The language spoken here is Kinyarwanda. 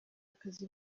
akazi